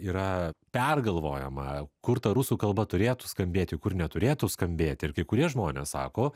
yra pergalvojama kur ta rusų kalba turėtų skambėti kur neturėtų skambėti ir kai kurie žmonės sako